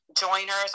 joiners